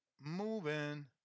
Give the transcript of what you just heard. moving